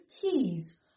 keys